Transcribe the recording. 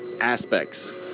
aspects